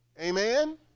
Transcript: Amen